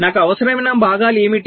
నాకు అవసరమైన భాగాలు ఏమిటి